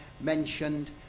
mentioned